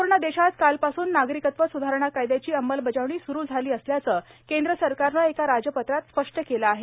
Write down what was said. संपूर्ण देशात कालपासून नागरिकत्व सुधारणा कायद्याची अंमलबजावणी सुरू झाली असल्याचं केंद्र सरकारनं एका राजपत्रात स्पष्ट केलं आहे